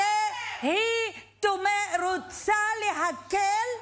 הרי היא רוצה להקל,